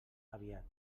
aviat